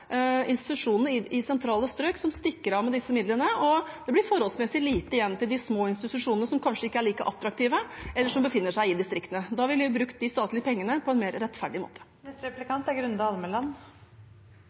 institusjonene i sentrale strøk som stikker av med disse midlene, og det blir forholdsmessig lite igjen til de små institusjonene som kanskje ikke er like attraktive, eller som befinner seg i distriktene. Vi ville brukt de statlige midlene på en mer rettferdig måte.